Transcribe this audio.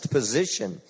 Position